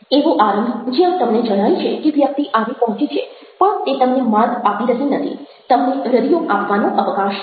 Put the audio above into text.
એવો આરંભ જ્યાં તમને જણાય છે કે વ્યક્તિ આવી પહોંચી છે પણ તે તમને માર્ગ આપી રહી નથી તમને રદિયો આપવાનો અવકાશ છે